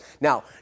Now